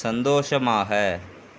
சந்தோஷமாக